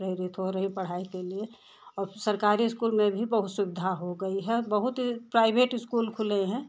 प्रेरित हो रही हैं पढ़ाई के लिए और सरकारी स्कूल में भी बहुत सुविधा हो गई हैं बहुत प्राइवेट स्कूल खुले हैं